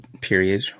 period